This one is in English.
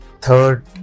third